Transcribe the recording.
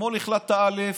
אתמול החלטת א',